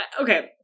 okay